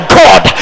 god